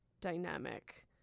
dynamic